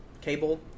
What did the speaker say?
cable